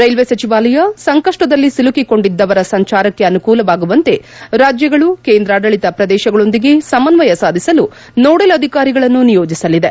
railway ಸಚಿವಾಲಯ ಸಂಕಷ್ಟದಲ್ಲಿ ಸಿಲುಕಿಕೊಂಡಿದ್ದವರ ಸಂಚಾರಕ್ಕೆ ಅನುಕೂಲವಾಗುವಂತೆ ರಾಜ್ಯಗಳುಕೇಂದ್ರಾಡಳಿತ ಪ್ರದೇಶಗಳೊಂದಿಗೆ ಸಮನ್ವಯ ಸಾಧಿಸಲು ನೋಡಲ್ ಅಧಿಕಾರಿಗಳನ್ನು ನಿಯೋಜಿಸಲಿದೆ